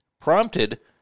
prompted